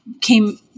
came